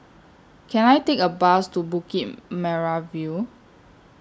Can I Take A Bus to Bukit Merah View